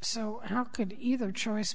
so how could either choice